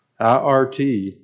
IRT